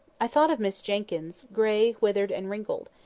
i thought of miss jenkyns, grey, withered, and wrinkled,